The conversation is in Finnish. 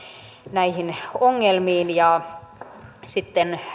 näihin ongelmiin ja sitten